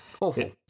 awful